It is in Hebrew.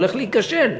הולך להיכשל.